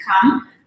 come